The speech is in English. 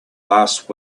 last